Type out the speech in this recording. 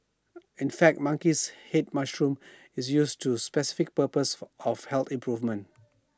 in fact monkeys Head mushroom is used for specific purpose of health improvement